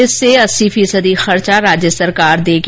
इसमें से अस्सी फीसदी खर्चा राज्य सरकार करेगी